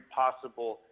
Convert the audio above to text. possible